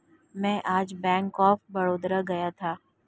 मैं आज bank of Baroda गया था